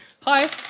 Hi